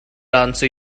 answer